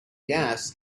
gas